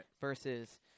versus –